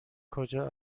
کجا